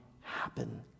happen